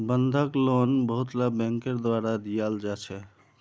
बंधक लोन बहुतला बैंकेर द्वारा दियाल जा छे